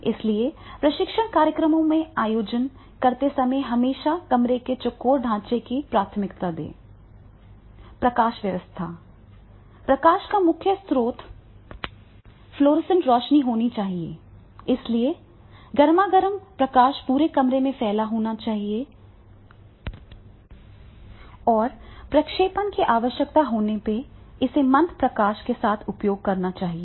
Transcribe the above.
इसलिए प्रशिक्षण कार्यक्रमों का आयोजन करते समय हमेशा कमरे के चौकोर ढांचे को प्राथमिकता दें प्रकाश व्यवस्था प्रकाश का मुख्य स्रोत फ्लोरोसेंट रोशनी होना चाहिए इसलिए गरमागरम प्रकाश पूरे कमरे में फैला होना चाहिए और प्रक्षेपण की आवश्यकता होने पर इसे मंद प्रकाश के साथ उपयोग करना चाहिए